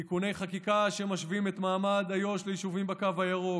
תיקוני חקיקה שמשווים את מעמד איו"ש ליישובים בקו הירוק,